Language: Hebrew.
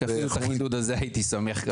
אפילו את החידוד הזה הייתי שמח לדעת לפני.